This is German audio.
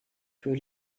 für